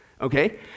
Okay